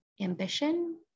ambition